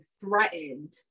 threatened